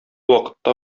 вакытта